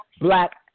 black